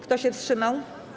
Kto się wstrzymał?